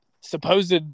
supposed